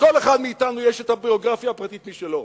לכל אחד מאתנו יש הביוגרפיה הפרטית שלו.